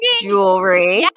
Jewelry